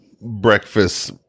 breakfast